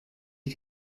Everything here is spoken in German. ich